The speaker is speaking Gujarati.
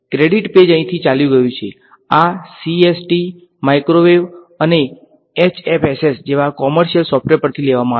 ક્રેડિટ પેજ અહીંથી ચાલ્યું ગયું છે આ સીએસટી માઇક્રોવેવ અને એચએફએસએસ પરથી લેવામાં આવ્યા છે